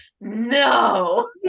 no